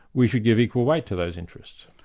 we should give equal right to those interests.